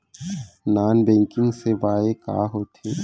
Non banking सेवाएं का होथे?